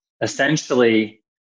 essentially